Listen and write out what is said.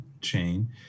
chain